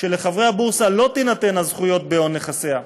שלחברי הבורסה לא תינתנה זכויות בהון נכסיה.